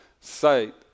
sight